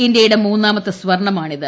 ഇന്ത്യയുടെ മൂന്നാമത്തെ സ്വർണ്ണമാണിത്